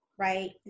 Right